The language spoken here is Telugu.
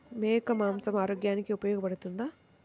మేక మాంసం ఆరోగ్యానికి ఉపయోగపడుతుందా?